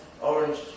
orange